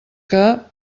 que